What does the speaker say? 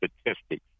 statistics